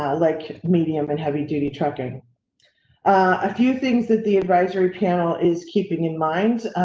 um like medium and heavy duty truck in a few things that the advisory panel is keeping in mind,